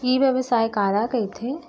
ई व्यवसाय काला कहिथे?